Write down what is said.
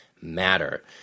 matter